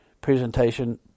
presentation